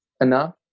enough